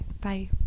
Bye